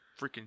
freaking